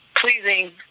pleasing